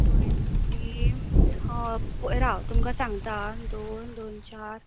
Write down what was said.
twenty हय राव तुमकां सांगता हां दोन दोन चार